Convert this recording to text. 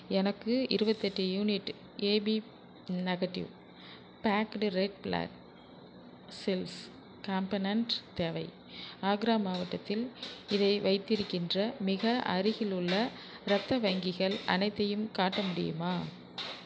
எனக்கு இருபத்தெட்டு unit AB negative packed red blood cells component தேவை ஆக்ரா மாவட்டத்தில் இதை வைத்திருக்கின்ற மிக அருகிலுள்ள இரத்த வங்கிகள் அனைத்தையும் காட்ட முடியுமா